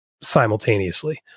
simultaneously